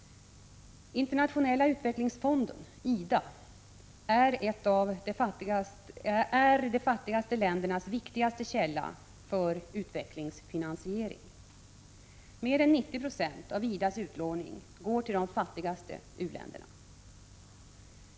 Internationella utvecklingsfonden, IDA, är de fattigaste u-ländernas viktigaste källa för utvecklingsfinansiering. Mer än 90 26 av IDA:s utlåning går till de fattigaste u-länderna.